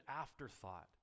afterthought